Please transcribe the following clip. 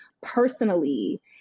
personally